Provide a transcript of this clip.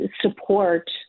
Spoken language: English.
support